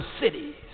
cities